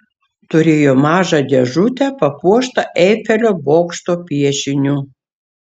turėjo mažą dėžutę papuoštą eifelio bokšto piešiniu